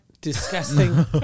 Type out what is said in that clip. Disgusting